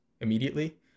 immediately